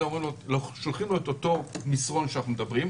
אנחנו שולחים לו את אותו מסרון שאנחנו מדברים עליו,